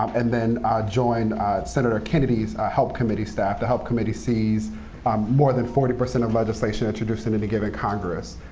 and then joined senator kennedy's help committee staff. the help committee sees um more than forty percent of legislation introduced in any given congress,